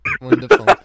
wonderful